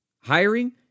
Hiring